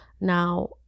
Now